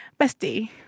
bestie